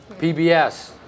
PBS